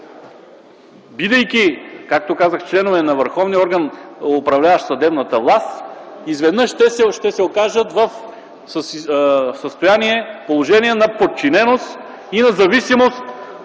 бидейки, както казах, членове на върховния орган, управляващ съдебната власт, изведнъж те ще се окажат в състояние, в положение на подчиненост и на зависимост